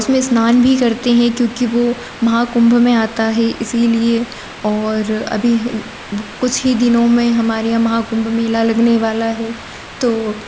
उसमें स्नान भी करते हैं क्योंकि वो महाकुम्भ में आता है इसलिए और अभी कुछ ही दिनों में हमारे यहाँ महाकुम्भ मेला लगने वाला है तो